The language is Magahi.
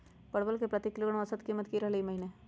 परवल के प्रति किलोग्राम औसत कीमत की रहलई र ई महीने?